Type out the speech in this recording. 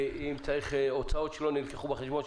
שאם היו הוצאות שלא נלקחו בחשבון,